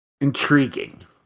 intriguing